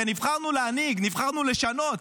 הרי נבחרנו להנהיג, נבחרנו לשנות.